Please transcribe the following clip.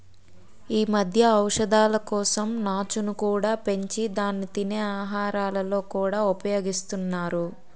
ఈ మధ్య ఔషధాల కోసం నాచును కూడా పెంచి దాన్ని తినే ఆహారాలలో కూడా ఉపయోగిస్తున్నారు